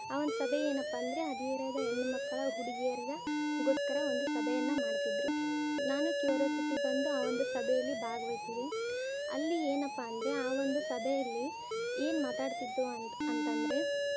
ಆ ಒಂದು ಸಭೆ ಏನಪ್ಪ ಅಂದರೆ ಹದಿಹರೆಯದ ಹೆಣ್ಣು ಮಕ್ಕಳ ಹುಡುಗಿಯರ್ಗೆ ಗೋಸ್ಕರ ಒಂದು ಸಭೆಯನ್ನ ಮಾಡ್ತಿದ್ದರು ನಾನು ಕ್ಯೂರಸಿಟಿ ಬಂದು ಆ ಒಂದು ಸಭೆಯಲ್ಲಿ ಭಾಗ್ವಯಿಸಿದೆ ಅಲ್ಲಿ ಏನಪ್ಪಾ ಅಂದರೆ ಆ ಒಂದು ಸಭೆಯಲ್ಲಿ ಏನು ಮಾತಾಡ್ತಿದ್ದು ಅಂತ ಅಂತಂದರೆ